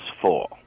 fall